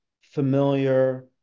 familiar